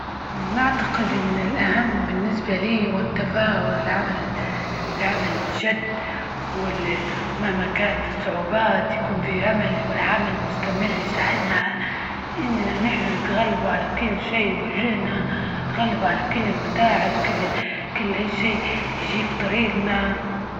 نعتقد أن الأهم بالنسبة لي، والتفاؤل، والعمل- العمل، الجد وال، مهما كانت الصعوبات، يكون في عمل والعمل مستمر، يساعدنا إننا نحنا نتغلب على كل شي، وجدرنا نتغلب على كل المتاعب، كل أى شي يجى فى طريجنا.